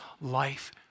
life